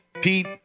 Pete